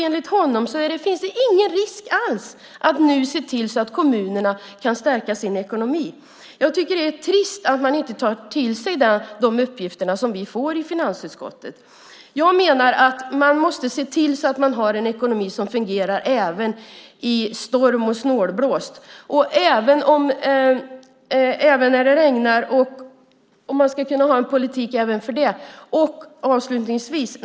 Enligt honom finns det ingen risk alls med att se till att kommunerna kan stärka sin ekonomi. Det är trist att man inte tar till sig de upplysningar som vi får i finansutskottet. Jag menar att man måste se till att man har en ekonomi som fungerar även i storm och snålblåst. Man ska kunna ha en politik även för det.